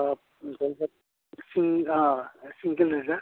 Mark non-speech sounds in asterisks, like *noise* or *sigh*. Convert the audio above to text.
*unintelligible*